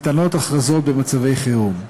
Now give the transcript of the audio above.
ניתנות הכרזות במצבי חירום.